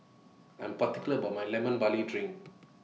I Am particular about My Lemon Barley Drink